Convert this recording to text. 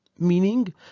meaning